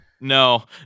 No